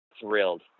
thrilled